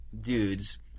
dudes